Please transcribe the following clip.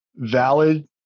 Valid